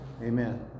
Amen